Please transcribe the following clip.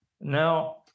now